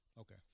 Okay